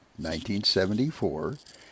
1974